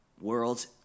World's